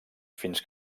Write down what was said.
fins